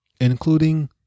including